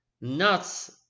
nuts